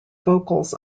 vocals